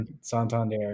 santander